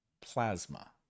plasma